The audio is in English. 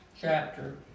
chapter